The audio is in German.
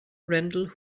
randall